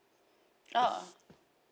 ah ah